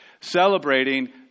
celebrating